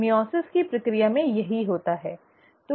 meiosis की प्रक्रिया में यही होता है